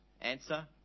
Answer